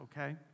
okay